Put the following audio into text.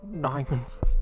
diamonds